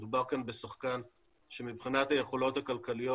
מדובר כאן בשחקן שמבחינת היכולות הכלכליות